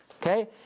Okay